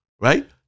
Right